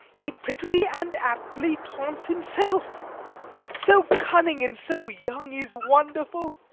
he prettily and aptly taunts himself so cunning and so young is wonderful.